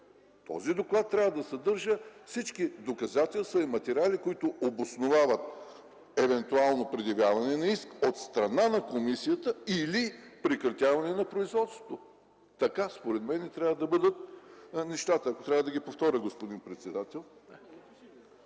този доклад трябва да съдържа всички доказателства и материали, които обосновават евентуално предявяване на иск от страна на комисията, или прекратяване на производството. Според мен така трябва да бъдат нещата. Господин председател,